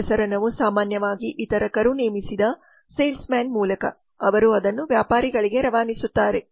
ಪ್ರಸರಣವು ಸಾಮಾನ್ಯವಾಗಿ ವಿತರಕರು ನೇಮಿಸಿದ ಸೇಲ್ಸ್ಮ್ಯಾನ್ ಮೂಲಕ ಅವರು ಅದನ್ನು ವ್ಯಾಪಾರಿಗಳಿಗೆ ರವಾನಿಸುತ್ತಾರೆ